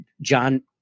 John